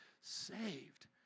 saved